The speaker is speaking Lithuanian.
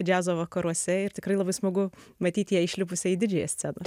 džiazo vakaruose ir tikrai labai smagu matyt ją išlipusią į didžiąją sceną